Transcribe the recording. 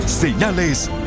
señales